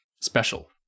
special